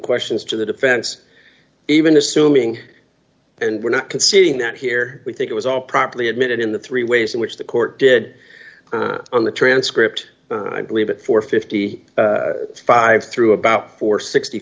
questions to the defense even assuming and we're not conceding that here we think it was all properly admitted in the three ways in which the court did on the transcript i believe it for fifty five through about four